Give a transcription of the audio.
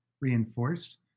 reinforced